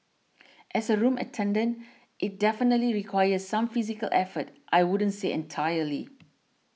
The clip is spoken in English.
as a room attendant it definitely requires some physical effort I wouldn't say entirely